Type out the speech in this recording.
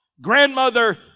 grandmother